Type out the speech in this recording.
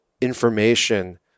information